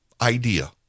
idea